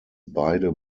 beide